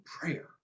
prayer